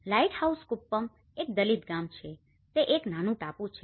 lighthouse Kuppam એક દલિત ગામ છે તે એક નાનું ટાપુ છે